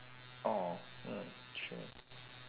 orh mm true